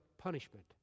punishment